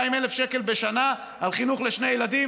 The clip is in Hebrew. בשנה על חינוך לשני ילדים.